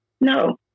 No